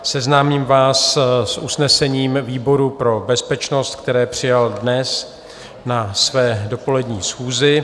Seznámím vás s usnesením výboru pro bezpečnost, které přijal dnes na své dopolední schůzi: